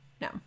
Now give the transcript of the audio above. No